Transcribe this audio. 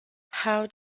how